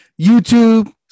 YouTube